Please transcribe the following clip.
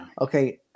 okay